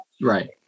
Right